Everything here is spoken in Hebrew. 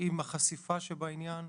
עם החשיפה שבעניין,